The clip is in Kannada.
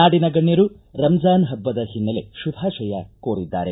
ನಾಡಿನ ಗಣ್ಯರು ರಂಜಾನ್ ಹಬ್ಬದ ಹಿನ್ನೆಲೆ ಶುಭಾಶಯ ಕೋರಿದ್ದಾರೆ